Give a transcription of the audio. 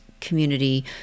community